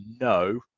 no